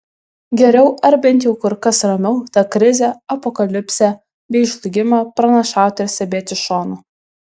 geriau ar bent jau kur kas ramiau tą krizę apokalipsę bei žlugimą pranašauti ir stebėti iš šono